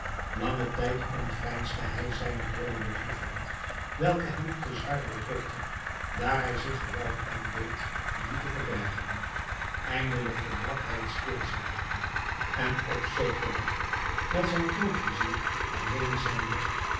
langen tijd ontveinsde hij zijne kwellende droefheid welke hem te zwaarder drukte daar hij zich geweld aandeed die te verbergen eindelijk verbrak hij het stilzwijgen en op zekeren dag met zijn groot-vizier alleen zijnde